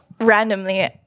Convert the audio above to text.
randomly